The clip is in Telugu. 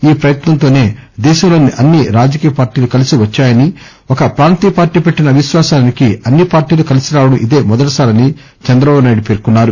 ఈ ప్రయత్నంతో దేశంలోని అన్ని రాజకీయ పార్టీలు కలసి వచ్చాయని ఒక ప్రాంతీయ పార్టీ పెట్టిన అవిశ్వాసానికి అన్ని పార్టీలు కలసిరావడం ఇదే మొదటిసారని చంద్రబాబు పేర్కొన్నారు